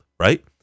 Right